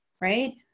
right